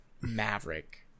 maverick